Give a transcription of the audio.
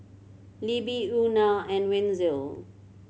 Libby Euna and Wenzel